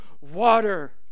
water